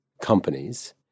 companies